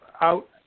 out